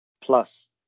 plus